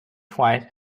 twice